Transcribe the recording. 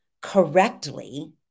correctly